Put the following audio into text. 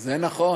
זה נכון,